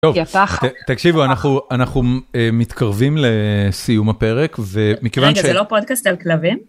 תקשיבו אנחנו, אנחנו מתקרבים לסיום הפרק. רגע זה לא פודקאסט על כלבים?